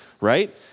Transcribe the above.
right